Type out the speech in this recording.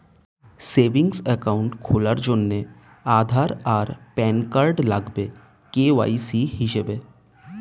savings account খোলার জন্যে আধার আর প্যান কার্ড লাগবে কে.ওয়াই.সি হিসেবে